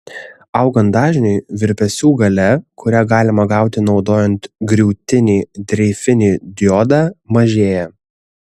augant dažniui virpesių galia kurią galima gauti naudojant griūtinį dreifinį diodą mažėja